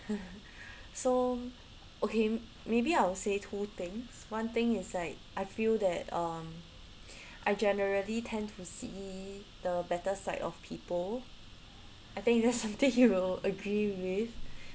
so okay maybe I'll say two things one thing is like I feel that um I generally tend to see the better side of people I think that's something you will agree with